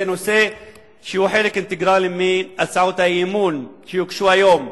שזה נושא שהוא חלק אינטגרלי של הצעות האי-אמון שהוגשו היום.